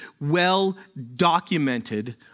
well-documented